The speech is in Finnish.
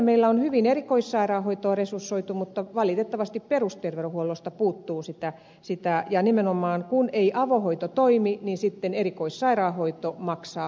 meillä on hyvin erikoissairaanhoitoa resursoitu mutta valitettavasti perusterveydenhuollosta puuttuu sitä ja nimenomaan kun ei avohoito toimi niin sitten erikoissairaanhoito maksaa hurjasti